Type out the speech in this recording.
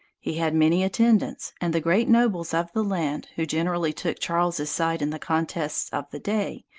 he had many attendants, and the great nobles of the land, who generally took charles's side in the contests of the day,